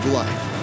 life